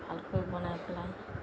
ভালকৈ বনাই পেলাই